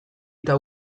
eta